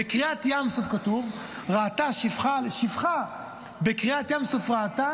בקריעת ים סוף כתוב: שפחה בקריעת ים סוף ראתה